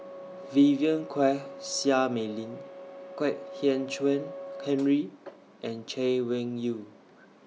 Vivien Quahe Seah Mei Lin Kwek Hian Chuan Henry and Chay Weng Yew